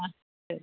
ആ ശരി